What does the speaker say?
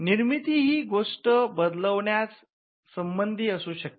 निर्मिती ही गोष्टी बदलावण्य संबधी असू शकते